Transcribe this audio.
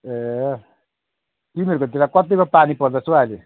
ए तिमीहरूकोतिर कतिको पानी पर्दैछ हौ अहिले